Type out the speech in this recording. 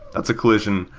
that's a collision.